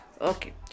Okay